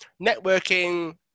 Networking